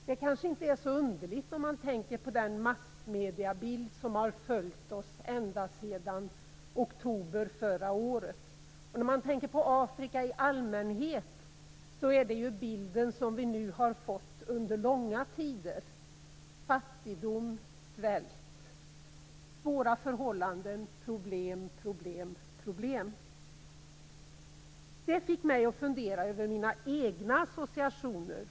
Det kanske inte är så underligt om man tänker på den massmediabild som har följt oss ända sedan oktober förra året, och när man tänker på Afrika i allmänhet är detta ju den bild som vi har fått under långa tider: fattigdom, svält, svåra förhållanden, problem, problem och problem. Det fick mig att fundera över mina egna associationer.